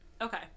Okay